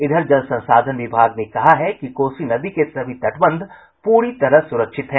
इधर जल संसाधन विभाग ने कहा है कि कोसी नदी के सभी तटबंध पूरी तरह सुरक्षित हैं